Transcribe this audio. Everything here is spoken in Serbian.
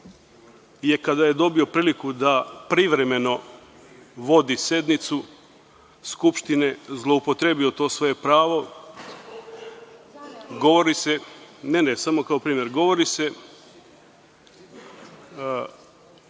je kada je dobio priliku da privremeno vodi sednicu Skupštine zloupotrebio to svoje pravo, samo kao